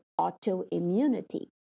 autoimmunity